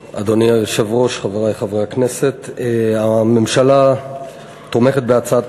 היושב-ראש, חברי חברי הכנסת, הממשלה תומכת בהצעות